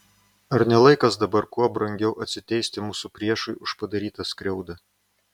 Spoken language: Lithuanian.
ar ne laikas dabar kuo brangiau atsiteisti mūsų priešui už padarytą skriaudą